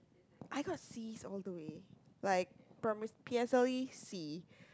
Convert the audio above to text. I got C's all the way like primary P_S_L_E C